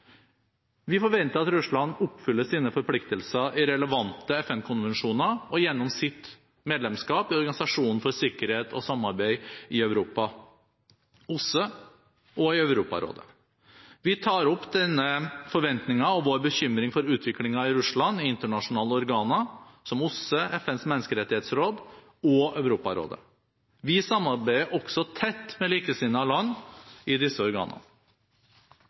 Vi forventer at Russland oppfyller sine forpliktelser i relevante FN-konvensjoner og gjennom sitt medlemskap i Organisasjonen for sikkerhet og samarbeid i Europa, OSSE, og i Europarådet. Vi tar opp denne forventningen og vår bekymring for utviklingen i Russland i internasjonale organer, som OSSE, FNs menneskerettighetsråd og Europarådet. Vi samarbeider også tett med likesinnede land i disse organene.